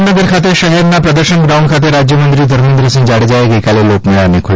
જામનગર ખાતે શહેરના પ્રદર્શન ગ્રાઉન્ડ ખાતે રાજ્યમંત્રી ધર્મેન્દ્રસિંહ જાડેજાએ ગઇકાલે લોકમેળાને ખુલ્લો મુક્યો હતો